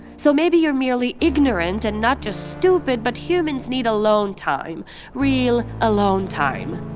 so maybe you're merely ignorant and not just stupid, but humans need alone time real alone time